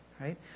right